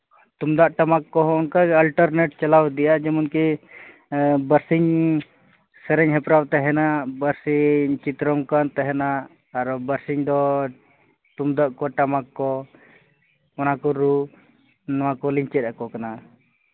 ᱛᱩᱢᱫᱟᱜᱼᱴᱟᱢᱟᱠ ᱠᱚᱦᱚᱸ ᱚᱱᱠᱟ ᱚᱞᱴᱟᱨᱱᱮᱴ ᱪᱟᱞᱟᱣ ᱤᱫᱤᱜᱼᱟ ᱡᱮᱢᱚᱱ ᱠᱤ ᱵᱟᱨᱥᱤᱧ ᱥᱮᱨᱮᱧ ᱦᱮᱯᱨᱟᱣ ᱛᱮᱦᱮᱱᱟ ᱵᱟᱨᱥᱤᱧ ᱪᱤᱛᱨᱚ ᱚᱝᱠᱚᱱ ᱛᱮᱦᱮᱱᱟ ᱟᱨᱚ ᱵᱟᱨᱥᱤᱧᱫᱚ ᱛᱩᱢᱫᱟᱜ ᱠᱚ ᱴᱟᱢᱟᱠ ᱠᱚ ᱚᱱᱟᱠᱚ ᱨᱩ ᱱᱚᱣᱟᱠᱚᱞᱤᱧ ᱪᱮᱫ ᱟᱠᱚ ᱠᱟᱱᱟ